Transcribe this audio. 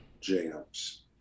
Jams